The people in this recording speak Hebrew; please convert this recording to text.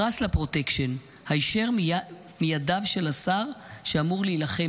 פרס לפרוטקשן הישר מידיו של השר שאמור להילחם